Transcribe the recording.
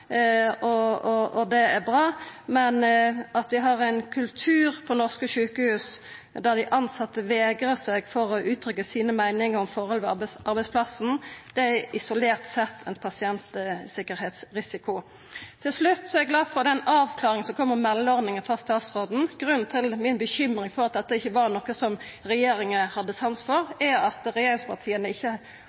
kultur på norske sjukehus der dei tilsette vegrar seg for å uttrykkja sine meiningar om forhold ved arbeidsplassen, er isolert sett ein pasientsikkerheitsrisiko. Til slutt: Eg er glad for den avklaringa som kom om meldeordninga, frå statsråden. Grunnen til mi bekymring for at dette ikkje var noko som regjeringa hadde sans for, er at regjeringspartia ikkje